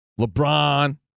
LeBron